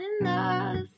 enough